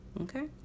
okay